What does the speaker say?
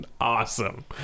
Awesome